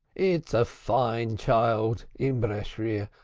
it's a fine, child, imbeshreer.